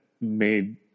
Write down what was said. made